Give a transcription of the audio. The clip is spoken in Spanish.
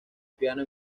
piano